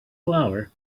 flour